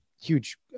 huge